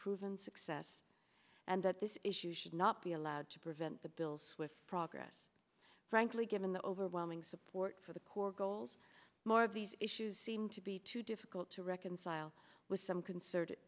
proven success and that this issue should not be allowed to prevent the bills with progress frankly given the overwhelming support for the core goals more of these issues seem to be too difficult to reconcile with some con